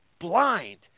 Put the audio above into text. blind